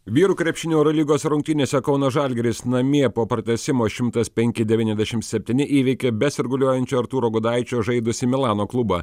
vyrų krepšinio eurolygos rungtynėse kauno žalgiris namie po pratęsimo šimtas penki devyniasdešimt septyni įveikė be sirguliuojančio artūro gudaičio žaidusi milano klubą